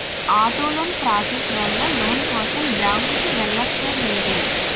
auto loan process వల్ల loan కోసం బ్యాంకుకి వెళ్ళక్కర్లేదు